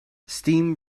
steam